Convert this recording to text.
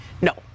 no